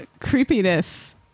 creepiness